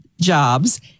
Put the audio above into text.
jobs